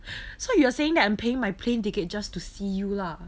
so you are saying that I'm paying my plane ticket just to see you lah